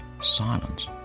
silence